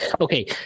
Okay